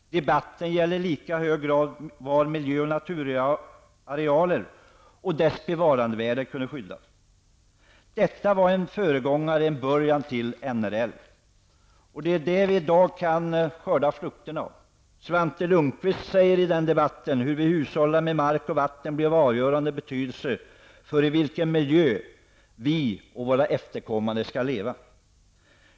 Debatten gällde i lika hög grad var miljö och naturarealer och deras bevarandevärden kunde skyddas. Detta var en början till naturresurslagen. Det var grunden till förarbetena för den lagstiftning som vi i dag kan skörda frukterna av. Svante Lundkvists ord där han säger följande är tänkvärda: ''Hur vi hushållar med mark och vatten blir av avgörande betydelse för i vilken miljö vi och våra efterkommande skall leva.''